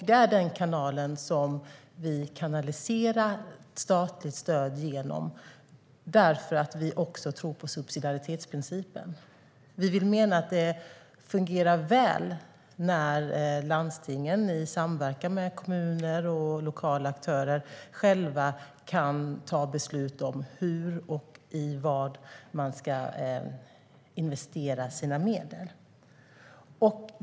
Det är den vägen vi kanaliserar statligt stöd, för vi tror på subsidiaritetsprincipen. Vi vill mena att det fungerar väl när landstingen i samverkan med kommuner och lokala aktörer själva kan fatta beslut om hur och i vad man ska investera sina medel.